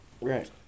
Right